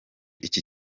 icyi